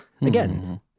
Again